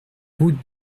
route